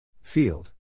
field